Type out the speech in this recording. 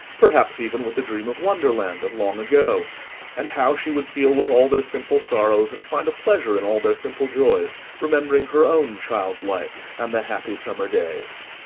perhaps even with the dream of wonderland of long ago and how she would feel with all their simple sorrows, and find a pleasure in all their simple joys, remembering her own child-life, and the happy summer days.